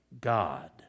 God